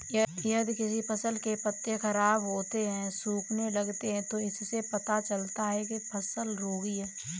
यदि किसी फसल के पत्ते खराब होते हैं, सूखने लगते हैं तो इससे पता चलता है कि फसल रोगी है